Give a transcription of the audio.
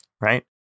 right